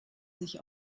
sich